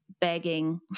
begging